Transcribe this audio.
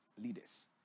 leaders